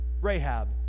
Rahab